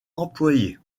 employée